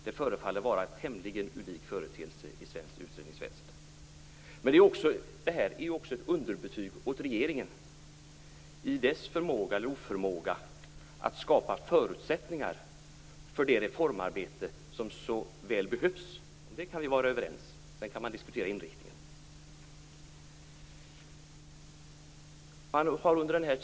Det förefaller vara en tämligen unik företeelse i svenskt utredningsväsende. Men detta är också ett underbetyg åt regeringen för dess förmåga eller oförmåga att skapa förutsättningar för det reformarbete som så väl behövs. Om det kan vi vara överens, men sedan kan vi diskutera inriktningen.